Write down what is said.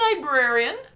librarian